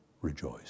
rejoice